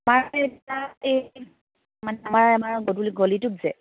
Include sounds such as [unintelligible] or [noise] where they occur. [unintelligible] মানে আমাৰ গলিটোত যে